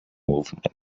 movement